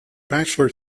bachelor